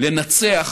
לנצח